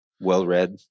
well-read